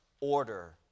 order